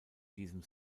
diesem